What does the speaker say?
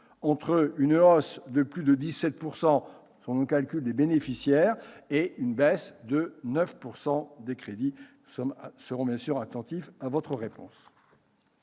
entre une hausse de plus de 17 % des bénéficiaires et une baisse de 9 % des crédits ? Nous serons attentifs à votre réponse.